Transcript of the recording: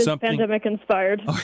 pandemic-inspired